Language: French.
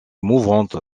mouvante